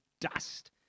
dust